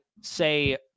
say